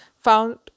found